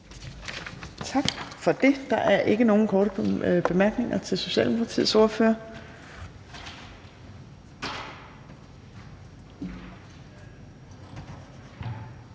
Tak for det. Der er ikke nogen korte bemærkninger til Dansk Folkepartis ordfører.